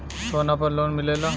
सोना पर लोन मिलेला?